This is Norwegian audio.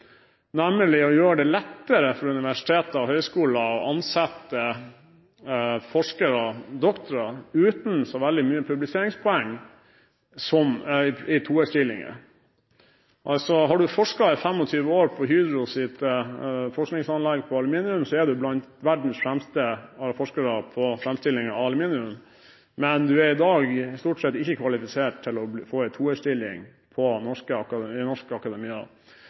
nemlig å gjøre det lettere for universiteter og høyskoler å ansette forskere, doktorer, uten så veldig mange publiseringspoeng i toerstillinger. Har man forsket i 25 år på Hydros forskningsanlegg for aluminium, er man blant verdens fremste forskere på framstilling av aluminium, men man er i dag stort sett ikke kvalifisert til å få en toerstilling i norsk akademia. Etter at vi skrev denne merknaden, og etter at innstilingen var avgitt, har jeg hatt den glede å bli